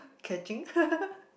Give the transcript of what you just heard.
catching